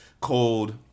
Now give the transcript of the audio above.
cold